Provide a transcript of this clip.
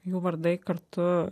jų vardai kartu